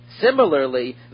Similarly